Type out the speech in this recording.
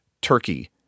turkey